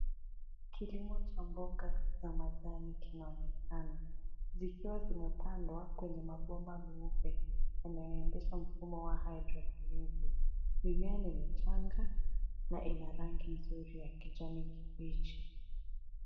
Kilimo cha mboga za majani kinaonekana, zikiwa zimepandwa kwenye mabomba meupe., unaoendesha mfumo wa hydroponiki. Mimea ni michanga na ina rangi nzuri ya kijani kibichi.